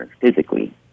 physically